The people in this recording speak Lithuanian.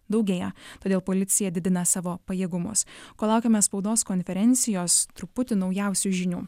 daugėja todėl policija didina savo pajėgumus kol laukiame spaudos konferencijos truputį naujausių žinių